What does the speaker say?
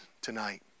tonight